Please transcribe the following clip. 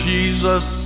Jesus